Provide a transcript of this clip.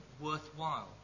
worthwhile